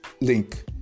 link